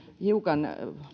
hiukan